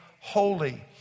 holy